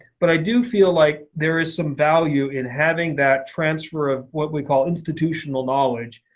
but i do feel like there is some value in having that transfer of what we call institutional knowledge.